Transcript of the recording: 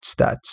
stats